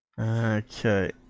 Okay